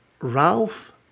Ralph